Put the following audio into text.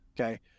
okay